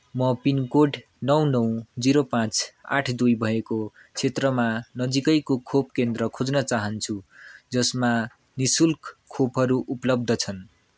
म pin code नौ नौ जिरो पाँच आठ दुई भएको क्षेत्रमा नजिकैको खोप केन्द्र खोज्न चाहन्छु जसमा नि शुल्क खोपहरू उपलब्ध छन्